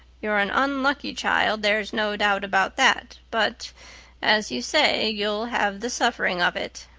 you're an unlucky child, there's no doubt about that but as you say, you'll have the suffering of it.